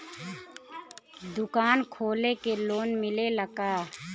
दुकान खोले के लोन मिलेला का?